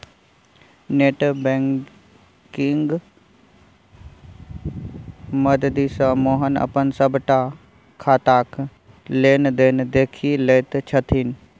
net बैंकिंगक मददिसँ मोहन अपन सभटा खाताक लेन देन देखि लैत छथि